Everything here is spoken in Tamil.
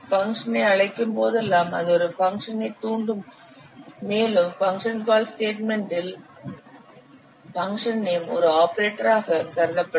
பங்க்ஷன் ஐ அழைக்கும் போதெல்லாம் அது ஒரு பங்க்ஷன் ஐ தூண்டும் மேலும் பங்க்ஷன் கால் ஸ்டேட்மெண்டில் பங்க்ஷன் நேம் ஒரு ஆபரேட்டராகக் கருதப்படும்